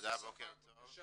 תודה בוקר טוב.